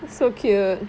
so cute